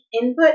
input